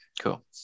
Cool